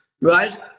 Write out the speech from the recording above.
right